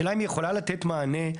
השאלה אם היא יכולה לתת מענה.